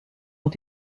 ont